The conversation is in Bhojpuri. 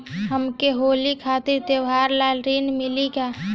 हमके होली खातिर त्योहार ला ऋण मिली का?